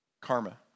karma